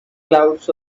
clouds